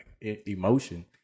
emotion